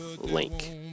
link